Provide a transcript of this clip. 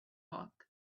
book